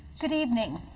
good evening.